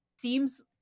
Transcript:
seems